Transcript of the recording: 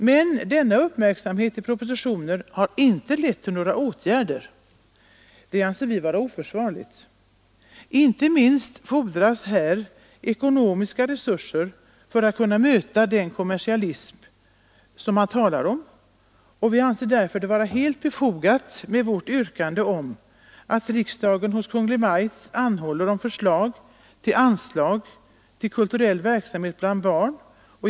Men denna uppmärksamhet i propositionen har inte lett till några åtgärder. Det anser vi vara oförsvarligt. Inte minst fordras det ekonomiska resurser för att kunna möta den kommersialism som man talar om. Vi anser därför vårt yrkande att riksdagen hos Kungl. Maj:t anhåller om förslag till anslag till kulturell verksamhet bland barn vara helt befogat.